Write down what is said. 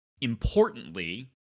importantly